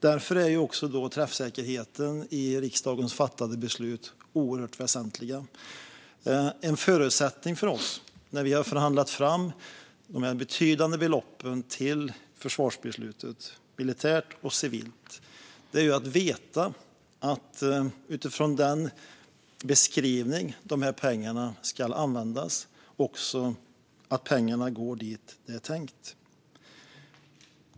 Därför är också träffsäkerheten i riksdagens fattade beslut oerhört väsentlig. När vi har förhandlat fram dessa betydande belopp till försvarsbeslutet, militärt och civilt, är det en förutsättning för oss att vi vet att pengarna går dit det är tänkt, utifrån beskrivningen av hur dessa pengar ska användas.